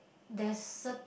the cer~